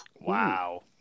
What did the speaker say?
Wow